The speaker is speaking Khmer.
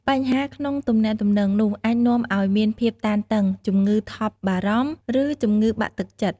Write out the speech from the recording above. បញ្ហាក្នុងទំនាក់ទំនងនោះអាចនាំឱ្យមានភាពតានតឹង ជំងឺថប់បារម្ភ ឬជំងឺបាក់ទឹកចិត្ត។